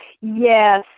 Yes